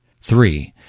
Three